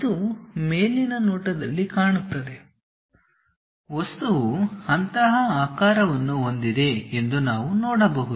ಇದು ಮೇಲಿನ ನೋಟದಲ್ಲಿ ಕಾಣುತ್ತದೆ ವಸ್ತುವು ಅಂತಹ ಆಕಾರವನ್ನು ಹೊಂದಿದೆ ಎಂದು ನಾವು ನೋಡಬಹುದು